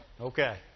Okay